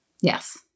Yes